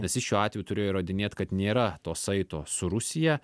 nes jis šiuo atveju turėjo įrodinėt kad nėra to saito su rusija